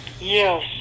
Yes